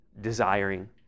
desiring